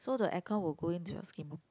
so the aircon will go into your skin